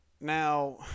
Now